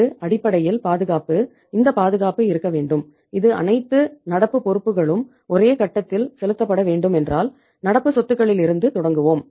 இது அடிப்படையில் பாதுகாப்பு இந்த பாதுகாப்பு இருக்க வேண்டும் இது அனைத்து நடப்பு பொறுப்புகளும் ஒரே கட்டத்தில் செலுத்தப்பட வேண்டும் என்றால் நடப்பு சொத்துக்களிலிருந்து தொடங்குவோம்